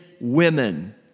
women